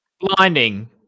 blinding